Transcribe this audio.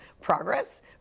progress